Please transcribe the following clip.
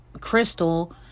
Crystal